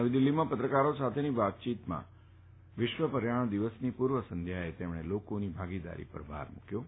નવી દીલ્હીમાં પત્રકારો સાથેની વાતચીતમાં વિશ્વ પર્યાવરણ દિવસની પૂર્વ સંધ્યાએ તેમણે લોકોની ભાગીદારી પર ભાર મૂક્યો હતો